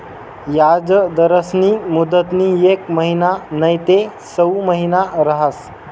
याजदरस्नी मुदतनी येक महिना नैते सऊ महिना रहास